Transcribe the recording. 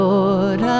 Lord